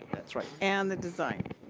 that's right. and the design.